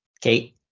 Kate